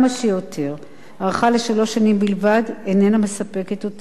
הארכה לשלוש שנים בלבד אינה מספקת אותי ואינה מספיקה,